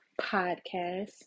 podcast